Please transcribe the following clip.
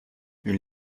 une